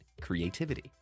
creativity